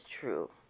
true